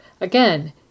Again